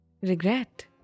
Regret